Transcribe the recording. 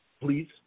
please